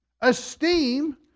Esteem